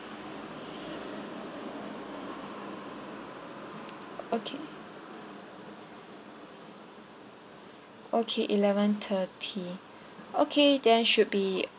okay okay eleven thirty okay then should be